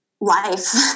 Life